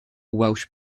welsh